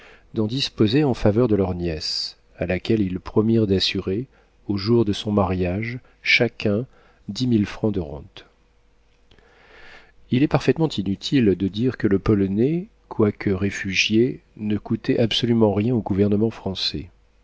d'en disposer en faveur de leur nièce à laquelle ils promirent d'assurer au jour de son mariage chacun dix mille francs de rente illustration malaga la fausse maîtresse il est parfaitement inutile de dire que le polonais quoique réfugié ne coûtait absolument rien au gouvernement français